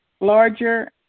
larger